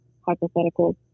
hypothetical